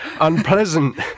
unpleasant